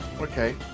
okay